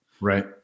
right